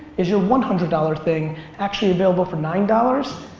is your one hundred dollars thing actually available for nine dollars?